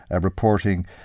reporting